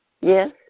Yes